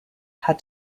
had